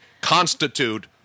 constitute